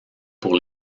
pour